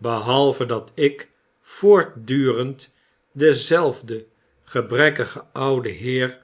behalve dat ik voortdurend denzelfden gebrekkigen ouden heer